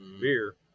beer